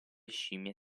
scimmie